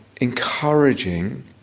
encouraging